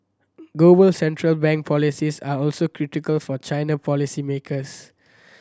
global central bank policies are also critical for China policy makers